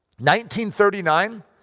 1939